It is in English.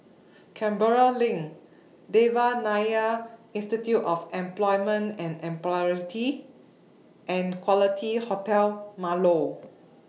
Canberra LINK Devan Nair Institute of Employment and Employability and Quality Hotel Marlow